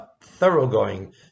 thoroughgoing